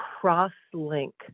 cross-link